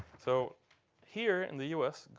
so here in the us,